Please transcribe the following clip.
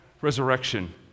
resurrection